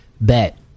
bet